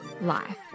life